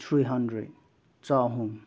three hundred ꯆꯍꯨꯝ